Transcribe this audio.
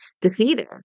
defeated